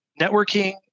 networking